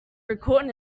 recording